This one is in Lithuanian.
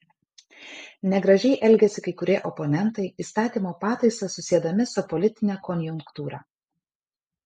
negražiai elgiasi kai kurie oponentai įstatymo pataisas susiedami su politine konjunktūra